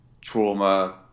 trauma